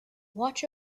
watch